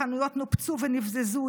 חנויות נופצו ונבזזו.